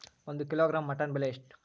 ಒಂದು kilogram mutton ಬೆಲೆ ಎಷ್ಟ್?